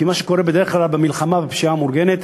כי מה שקורה בדרך כלל במלחמה בפשיעה המאורגנת,